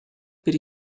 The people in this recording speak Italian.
per